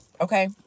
Okay